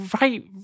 right